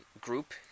group